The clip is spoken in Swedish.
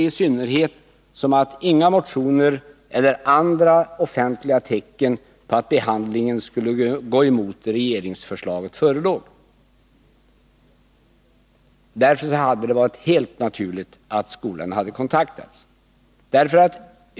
I synnerhet som det inte förelåg några motioner eller andra offentliga tecken på att behandlingen skulle gå emot regeringsförslaget hade det varit naturligt att skolan kontaktats.